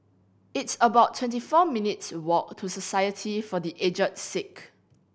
it's about twenty four minutes' walk to Society for The Aged Sick